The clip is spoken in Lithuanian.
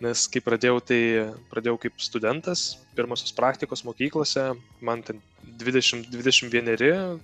nes kai pradėjau tai pradėjau kaip studentas pirmosios praktikos mokyklose man ten dvidešim dvidešim vieneri